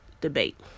debate